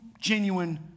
genuine